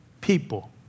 people